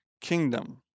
kingdom